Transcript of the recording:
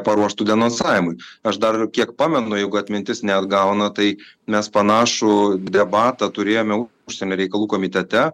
paruoštų denonsavimui aš dar kiek pamenu jeigu atmintis neapgauna tai mes panašų debatą turėjom jau užsienio reikalų komitete